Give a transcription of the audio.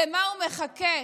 למה הוא מחכה?